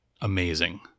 amazing